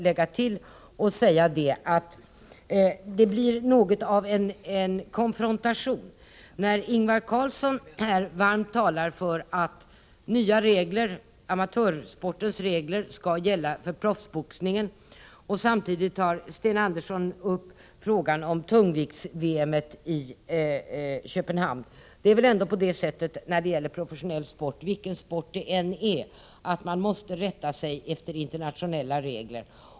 Jag vill också säga att det blir något av en konfrontation när Ingvar Karlsson i Bengtsfors här varmt talar för att nya regler — amatörsportens regler — skall gälla för proffsboxningen, och Sten Andersson i Malmö samtidigt tar upp frågan om tungvikts-VM i Köpenhamn. Det är väl ändå på det sättet när det gäller professionell sport — vilken sport det än är — att man måste rätta sig efter internationella regler.